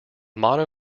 motto